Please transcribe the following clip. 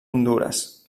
hondures